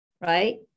right